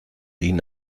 ihn